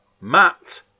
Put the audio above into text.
Matt